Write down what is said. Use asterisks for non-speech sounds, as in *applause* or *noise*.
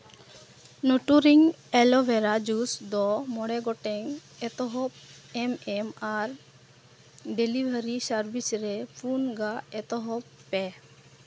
*unintelligible* ᱮᱞᱳᱵᱷᱮᱨᱟ juice ᱫᱚ ᱢᱚᱬᱮ ᱜᱚᱴᱟᱝ ᱮᱛᱚᱦᱚᱵ ᱮᱢ ᱮᱢ ᱟᱨ ᱰᱮᱞᱤᱵᱷᱟᱨᱤ ᱥᱟᱨᱵᱷᱤᱥ ᱨᱮ ᱯᱩᱱ ᱜᱟ ᱮᱛᱚᱦᱚᱵ ᱯᱮ